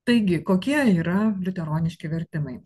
taigi kokie yra liuteroniški vertimai